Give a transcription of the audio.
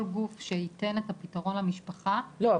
כל גוף שייתן את הפתרון למשפחה --- לא,